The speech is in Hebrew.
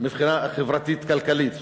מבחינה חברתית-כלכלית.